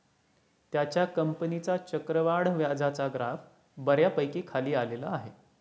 त्याच्या कंपनीचा चक्रवाढ व्याजाचा ग्राफ बऱ्यापैकी खाली आलेला आहे